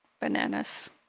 Bananas